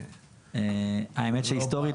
האמת היא שהיסטורית,